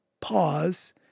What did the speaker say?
pause